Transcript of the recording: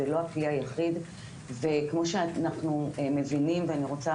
זה לא הכלי היחיד וכמו שאנחנו מבינים ואני רוצה